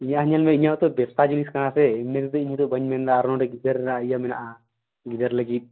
ᱤᱧᱟᱹᱜ ᱦᱚᱸ ᱧᱮᱞᱢᱮ ᱤᱧᱟᱹᱜ ᱦᱚᱛᱳ ᱵᱮᱵᱥᱟ ᱡᱤᱱᱤᱥ ᱠᱟᱱᱟ ᱥᱮ ᱮᱢᱱᱤ ᱛᱮᱫᱚ ᱤᱧᱫᱚ ᱵᱟᱹᱧ ᱢᱮᱱᱮᱫᱟ ᱟᱨᱚ ᱱᱚᱸᱰᱮ ᱜᱤᱫᱟᱹᱨᱟᱜ ᱤᱭᱟᱹ ᱢᱮᱱᱟᱜᱼᱟ ᱜᱤᱫᱟᱹᱨ ᱞᱟᱹᱜᱤᱫ